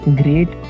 great